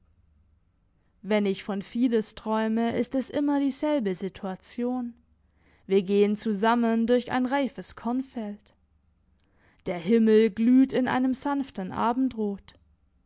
wenn ich von fides träume ist es immer dieselbe situation wir gehen zusammen durch ein reifes kornfeld der himmel glüht in einem sanften abendrot